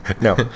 No